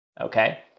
Okay